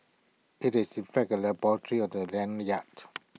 IT is in effect A laboratory of the lanyard